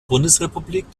bundesrepublik